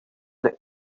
that